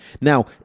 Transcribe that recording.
Now